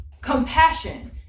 Compassion